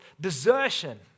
desertion